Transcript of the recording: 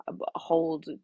hold